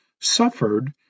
suffered